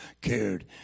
cared